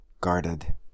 guarded